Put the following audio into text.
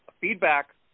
feedback